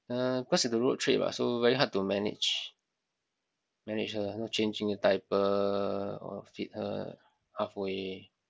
uh because it's a road trip [what] so very hard to manage manage her you know changing her diaper or feed her halfway